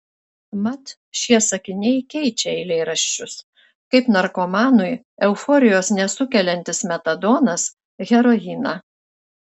mat šie sakiniai keičia eilėraščius kaip narkomanui euforijos nesukeliantis metadonas heroiną